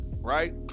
right